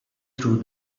through